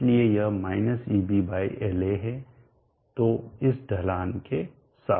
इसलिए यह -eb by La है तो इस ढलान के साथ